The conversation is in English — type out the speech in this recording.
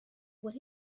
what